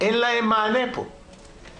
אין להם מענה במתווה שהצגת.